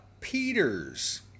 Peters